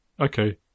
okay